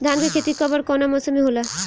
धान क खेती कब ओर कवना मौसम में होला?